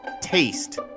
taste